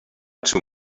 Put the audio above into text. two